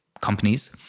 companies